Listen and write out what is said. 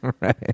Right